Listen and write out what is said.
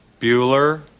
Bueller